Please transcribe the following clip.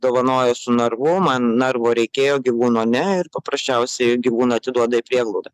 dovanoja su narvu man narvo reikėjo gyvūno ne ir paprasčiausiai gyvūną atiduoda į prieglaudą